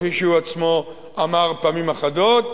כפי שהוא עצמו אמר פעם אחדות.